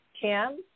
Kim